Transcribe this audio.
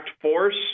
force